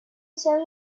tell